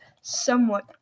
somewhat